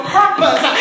purpose